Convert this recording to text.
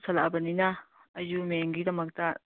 ꯄꯨꯁꯜꯂꯛꯑꯕꯅꯤꯅ ꯑꯩꯁꯨ ꯃꯦꯝꯒꯤꯗꯃꯛꯇ